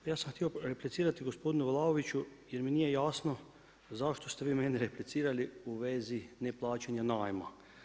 Pa ja sam htio replicirati gospodinu Vlaoviću jer mi nije jasno zašto ste vi meni replicirali u vezi neplaćanja najma.